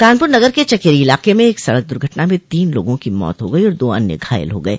कानपुर नगर के चकेरी इलाक में एक सड़क दुर्घटना में तीन लोगों की मौत हो गई और दो अन्य घायल हो गये